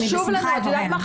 אני אבדוק ואחזור אליכם.